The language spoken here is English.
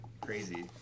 crazy